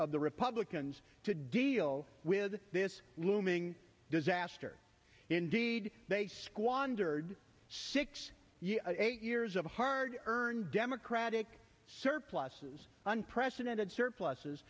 of the republicans to deal with this looming disaster indeed they squandered six eight years of hard earned democratic surpluses unprecedented surpluses